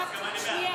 מטי.